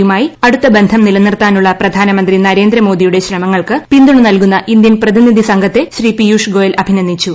യുമായി അടുത്ത ബന്ധം നിലനിർത്താനുള്ള പ്രധാനമന്ത്രി നരേന്ദ്രമോദിയുടെ ശ്രമങ്ങൾക്ക് പിന്തുണ നൽകുന്ന ഇന്ത്യൻ പ്രതിനിധി സംഘത്തെ ശ്രീ പിയൂഷ് ഗോയൽ അഭിനന്ദിച്ചു